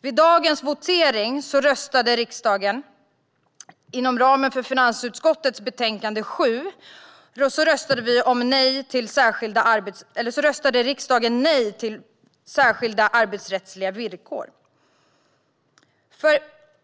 Vid dagens votering röstade riksdagen inom ramen för finansutskottets betänkande 7 nej till särskilda arbetsrättsliga villkor.